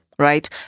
right